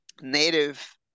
native